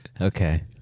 okay